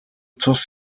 цус